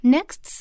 Next